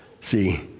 See